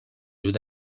would